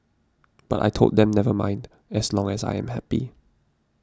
but I told them never mind as long as I am happy